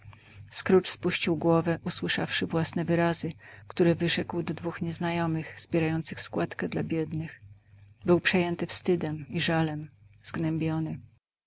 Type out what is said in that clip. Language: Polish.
scrooge spuścił głowę usłyszawszy własne wyrazy które wyrzekł do dwóch nieznajomych zbierających składkę dla biednych był przejęły wstydem i żalem zgnębiony